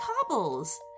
cobbles